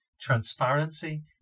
transparency